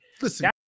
Listen